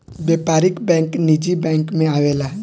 व्यापारिक बैंक निजी बैंक मे आवेला